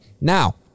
now